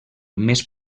més